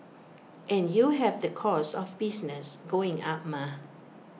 and you have the costs of business going up mah